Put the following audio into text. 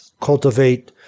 cultivate